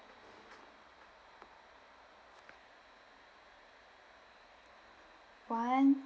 one